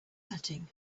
setting